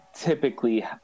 typically